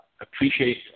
appreciate